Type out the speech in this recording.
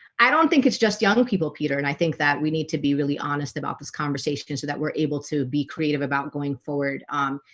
i don't think it's just young people peter and i think that we need to be really honest about this conversation can so that we're able to be creative about going forward um,